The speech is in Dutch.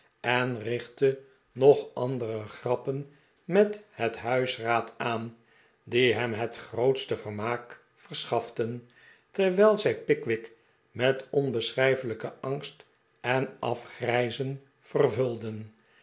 en riehtte nog andere grappen met het huisraad aan die hem het grootste vermaak verschaften terwijl zij pickwick met onbeschrijfelijken angst en af grijzen vervulden